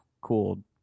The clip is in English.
cool